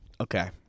Okay